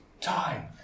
time